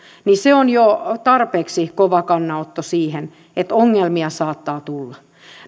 se on jo tarpeeksi kova kannanotto siihen että ongelmia saattaa tulla